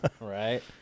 Right